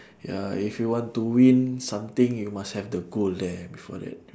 ya if you want to win something you must have the goal there before that